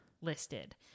listed